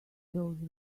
those